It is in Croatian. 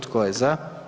Tko je za?